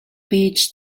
beach